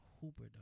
hooper